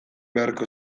beharko